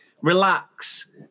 relax